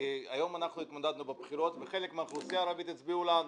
אנחנו התמודדנו בבחירות וחלק מהאוכלוסייה הערבית הצביעה לנו.